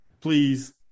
Please